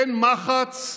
אין מחץ.